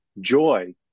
joy